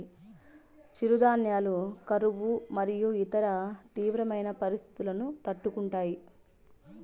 చిరుధాన్యాలు కరువు మరియు ఇతర తీవ్రమైన పరిస్తితులను తట్టుకుంటాయి